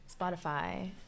Spotify